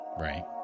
Right